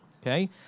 Okay